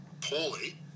poorly